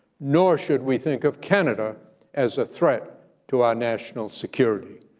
nor should we think of canada as a threat to our national security.